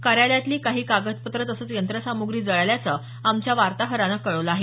कार्यालयातली काही कागदपत्रे तसंच यंत्रसाम्ग्री जळाल्याचं आमच्या वार्ताहरानं कळवलं आहे